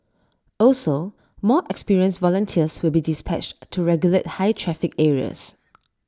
also more experienced volunteers will be dispatched to regulate high traffic areas